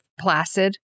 placid